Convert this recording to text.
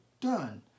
done